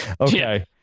Okay